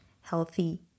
healthy